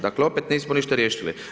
Dakle, opet nismo ništa riješili.